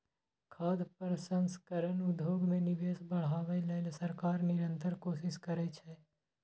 खाद्य प्रसंस्करण उद्योग मे निवेश बढ़ाबै लेल सरकार निरंतर कोशिश करै छै